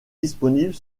disponible